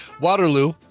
Waterloo